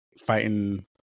fighting